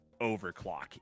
Overclock